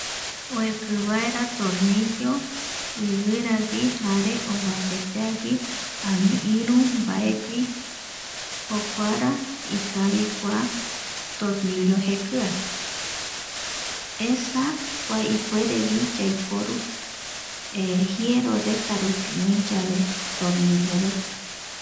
Oeki vaera tornillo ivira gui jare ovapeteagui, ani iru mbaegui, jokuara ikavi kua tornillo jekia esa kua ipuerevi yaiporu jieroretarupi oï yave tornillo reta